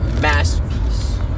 masterpiece